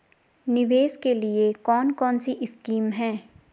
निवेश के लिए कौन कौनसी स्कीम हैं?